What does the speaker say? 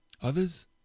Others